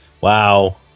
Wow